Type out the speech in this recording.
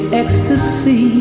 ecstasy